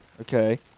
okay